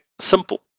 simple